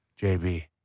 JB